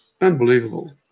unbelievable